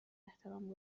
احترام